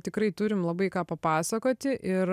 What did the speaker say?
tikrai turim labai ką papasakoti ir